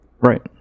right